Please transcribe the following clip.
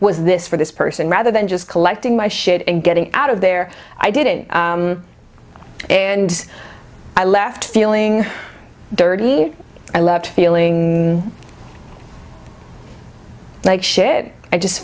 was this for this person rather than just collecting my shit and getting out of there i didn't and i left feeling dirty i left feeling like shit i just